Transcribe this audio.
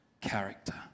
character